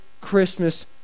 Christmas